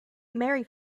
mary